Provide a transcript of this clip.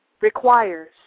requires